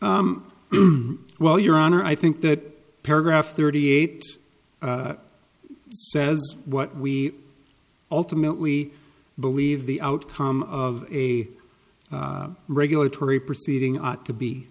e well your honor i think that paragraph thirty eight says what we ultimately believe the outcome of a regulatory proceeding ought to be